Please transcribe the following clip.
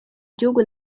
gihugu